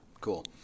cool